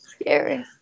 Scary